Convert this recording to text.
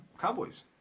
Cowboys